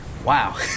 Wow